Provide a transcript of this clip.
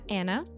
Anna